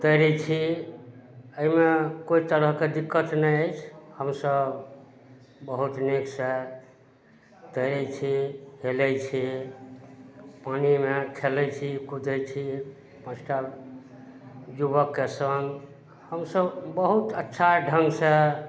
तैरय छी अइमे कोइ तरहके दिक्कत नहि अछि हम सभ बहुत नीकसँ तैरय छी हेलय छी पानिमे खेलय छी कुदय छी बच्चा युवकके सङ्ग हम सभ बहुत अच्छा ढङ्गसँ